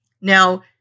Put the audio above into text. Now